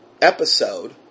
episode